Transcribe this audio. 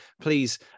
please